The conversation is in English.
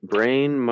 Brain